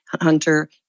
Hunter